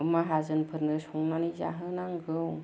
माहाजोनफोरनो संनानै जाहोनांगौ